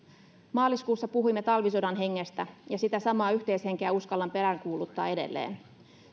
maaliskuussa puhuimme talvisodan hengestä ja sitä samaa yhteishenkeä uskallan peräänkuuluttaa edelleen